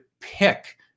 pick